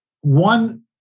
One